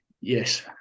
yes